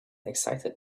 excited